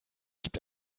gibt